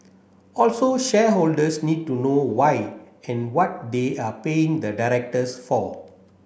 also shareholders need to know why and what they are paying the directors for